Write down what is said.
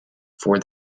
for